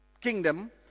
kingdom